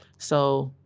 so,